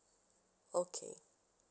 okay